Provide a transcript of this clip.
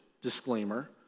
disclaimer